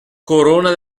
corona